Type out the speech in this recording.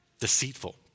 Deceitful